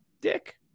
dick